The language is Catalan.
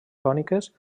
còniques